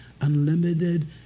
unlimited